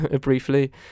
briefly